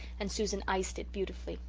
and susan iced it beautifully.